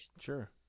Sure